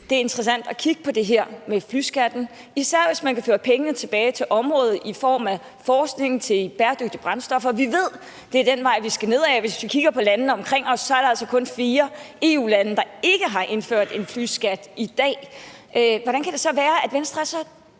det er interessant at kigge på det her med flyskatten, især hvis man kan føre pengene tilbage til området i form af forskning i bæredygtige brændstoffer. Vi ved, det er den vej, vi skal ned ad. I landene omkring os er der altså kun fire EU-lande, der ikke har indført en flyskat i dag. Hvordan kan det være, at Venstre er så